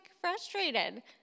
frustrated